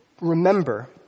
remember